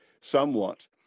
somewhat